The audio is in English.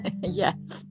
Yes